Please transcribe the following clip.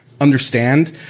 understand